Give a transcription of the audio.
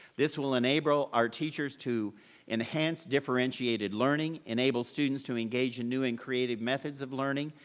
this will enable our teachers to enhance differentiated learning, enable students to engage in new and creative methods of learning,